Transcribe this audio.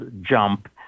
jump